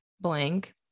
blank